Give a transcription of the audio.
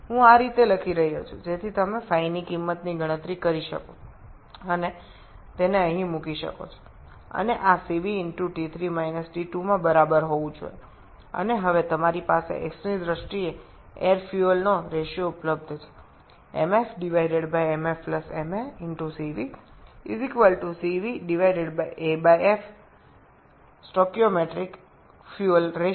আমি এইভাবে লিখছি যাতে আপনি ϕ এর মান গণনা করতে পারেন এবং এটি এখানে বসাতে পারেন এবং এটি CvT3 − T2এর সমান হওয়া উচিত এবং এখন বায়ু জ্বালানির অনুপাতটি আপনার x এর সাপেক্ষে প্রদত্ত